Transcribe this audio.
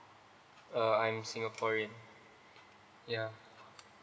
uh I'm singaporean yeah